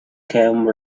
came